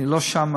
אני לא שם.